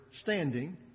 standing